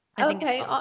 Okay